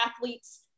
athletes